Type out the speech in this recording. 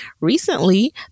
Recently